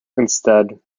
instead